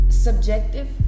Subjective